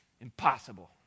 Impossible